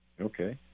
Okay